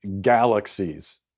galaxies